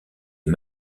est